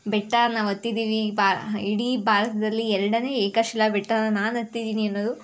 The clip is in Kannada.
ಬೆಟ್ಟ ನಾವು ಹತ್ತಿದೀವಿ ಬಾ ಇಡೀ ಭಾರತದಲ್ಲಿ ಎರಡನೇ ಏಕಶಿಲಾ ಬೆಟ್ಟಾನ ನಾನು ಹತ್ತಿದ್ದೀನಿ ಅನ್ನೋದು